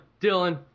Dylan